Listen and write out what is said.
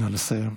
נא לסיים.